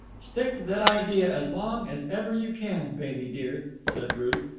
stick to that idea as long as ever you can, bailey dear, said ruth.